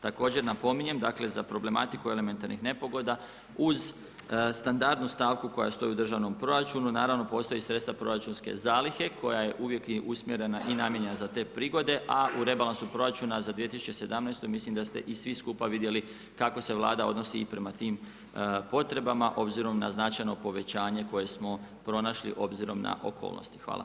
Također napominjem, dakle, za problematiku elementarnih nepogoda, uz standardnu stavku koja stoji u državnom proračunu, naravno postoje sredstva proračunske zalihe, koja je uvijek usmjerena i namijenjena za te prigode, a u rebalansu proračuna za 2017. mislim da ste i svi skupa vidjeli kako se Vlada odnosi prema tim potrebama, obzirom na značajno povećanje koje smo pronašli, odnosno, na okolnosti.